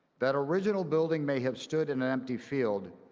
that original building may have stood in an empty field,